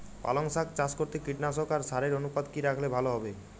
পালং শাক চাষ করতে কীটনাশক আর সারের অনুপাত কি রাখলে ভালো হবে?